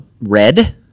Red